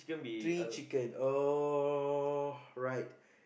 three chicken oh right